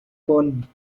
bonn